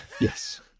Yes